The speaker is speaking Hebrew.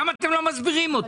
למה אתם לא מסבירים אותו?